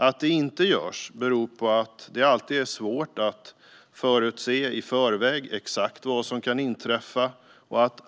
Att det inte görs beror på att det alltid är svårt att förutse i förväg exakt vad som kan inträffa.